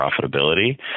profitability